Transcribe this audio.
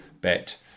Bet